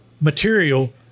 material